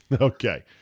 Okay